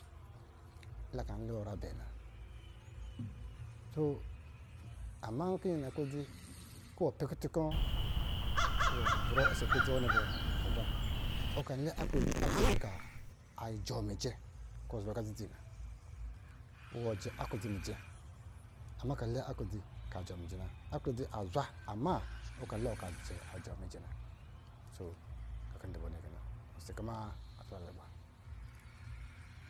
La kɔ̄ yiwɔ nyra abɛɛ na. to amā kɔ wɔ dɔ̄ na klodzi kɔ̄ pɛ kutun kɔ̄ zɔrɔ ɔsɔ̄ aklodzi wɔ nnɛ bɔ adɔ zwa, ɔ ka lɛ aklodzi kɔ̄ a jɔɔ mijɛ kɔ̄ zɔrɔ aga dzidzi na wɔ jɛ aklodzi mijɛ, ama ka lɛ aklodzi ka jɔɔ mijɛ na, aklodzi azwa amaa ka lɔɔ ka a jɔɔ mijɛ na osi a tala lugba